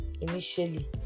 initially